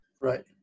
Right